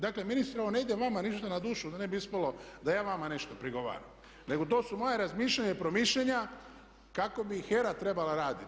Dakle ministre, ovo ne ide vama ništa na dušu da ne bi ispalo da ja vama nešto prigovaram, nego to su moja razmišljanja i promišljanja kako bi HERA trebala raditi.